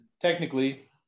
technically